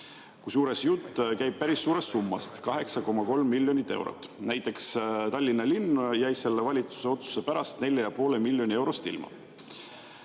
kusjuures jutt käib päris suurest summast, 8,3 miljonit eurost. Näiteks Tallinna linn jäi selle valitsuse otsuse pärast 4,5 miljonist eurost ilma.